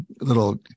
little